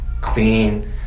clean